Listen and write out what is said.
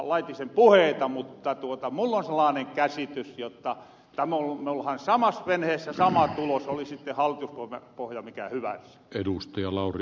laitisen puheita mutta mull on sellaanen käsitys jotta me ollahan samas venheessä sama tulos oli sitten hallituspohoja mikä hyvänsä